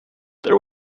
there